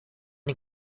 den